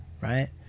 right